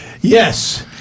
Yes